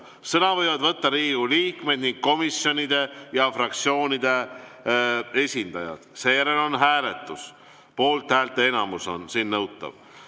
Sõna võivad võtta Riigikogu liikmed ning komisjonide ja fraktsioonide esindajad. Seejärel on hääletus, poolthäälte enamus on siin nõutav. Seadus,